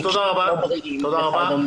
תודה רבה.